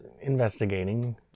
investigating